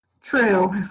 true